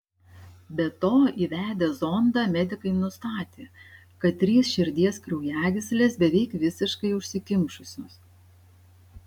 be to įvedę zondą medikai nustatė kad trys širdies kraujagyslės beveik visiškai užsikimšusios